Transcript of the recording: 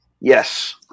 yes